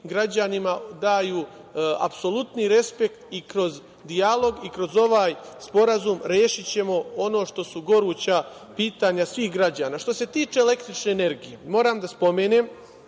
građanima daju apsolutni respekt i kroz dijalog i kroz ovaj sporazum rešićemo ono što su goruća pitanja svih građana. Što se tiče električne energije, moram da spomenem